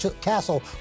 castle